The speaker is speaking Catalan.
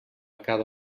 cada